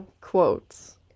quotes